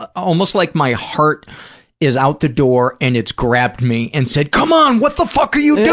almost like my heart is out the door and it's grabbed me and said, come on, what the fuck are you